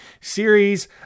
series